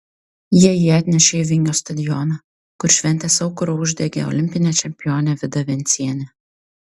jie jį atnešė į vingio stadioną kur šventės aukurą uždegė olimpinė čempionė vida vencienė